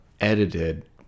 edited